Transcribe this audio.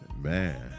Man